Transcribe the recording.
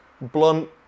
blunt